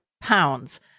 pounds